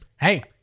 hey